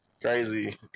crazy